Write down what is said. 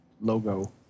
logo